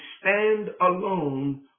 stand-alone